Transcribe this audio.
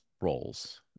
roles